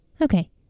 Okay